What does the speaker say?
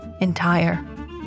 entire